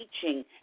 teaching